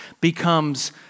becomes